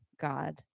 God